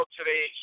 today